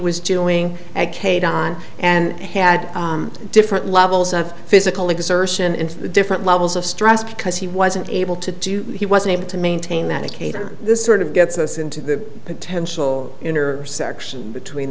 was doing at cade on and had different levels of physical exertion and different levels of stress because he wasn't able to do he wasn't able to maintain that to cater this sort of gets us into the potential intersection between